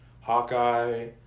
Hawkeye